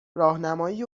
راهنمایی